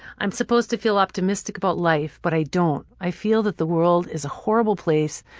i'm supposed to feel optimistic about life but i don't. i feel that the world is a horrible place,